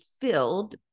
filled